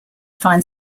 find